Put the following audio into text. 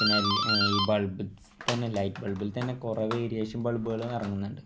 പിന്നെ ഈ ബൾബിൽ തന്നെ ലൈറ്റ് ബൾബിൽ തന്നെ കുറേ വേരിയേഷൻ ബൾബുകൾ ഇറങ്ങുന്നുണ്ട്